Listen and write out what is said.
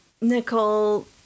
Nicole